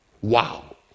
Wow